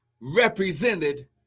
represented